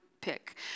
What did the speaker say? pick